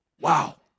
Wow